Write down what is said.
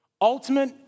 Ultimate